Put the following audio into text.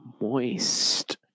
moist